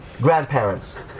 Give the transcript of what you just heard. grandparents